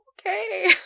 Okay